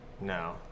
No